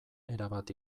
erabat